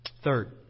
Third